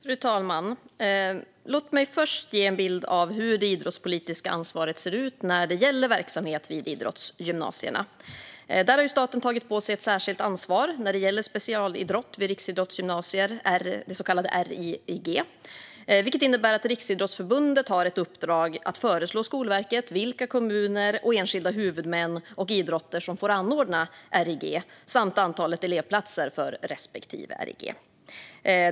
Fru talman! Låt mig först ge en bild av hur det idrottspolitiska ansvaret ser ut när det gäller verksamhet vid idrottsgymnasierna. Staten har tagit på sig ett särskilt ansvar när det gäller specialidrott vid riksidrottsgymnasier, så kallade RIG, vilket innebär att Riksidrottsförbundet har ett uppdrag att föreslå Skolverket vilka kommuner, enskilda huvudmän och idrotter som får anordna RIG samt antalet elevplatser för respektive RIG.